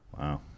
Wow